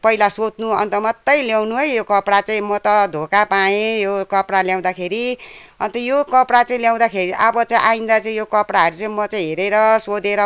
पहिला सोध्नु अन्त मात्रै ल्याउनु है यो कपडा चाहिँ म त धोका पाएँ यो कपडा ल्याउँदाखेरि अन्त यो कपडा चाहिँ ल्याउँदाखेरि अब चाहिँ आइन्दा चाहिँ यो कपडाहरू चाहिँ म चाहिँ हेरेर सोधेर